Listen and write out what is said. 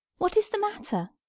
what is the matter?